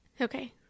okay